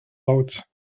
laut